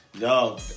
No